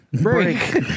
break